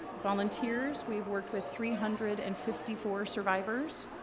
volunteers. we've worked with three hundred and fifty four survivors.